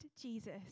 Jesus